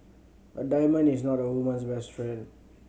a diamond is not a woman's best friend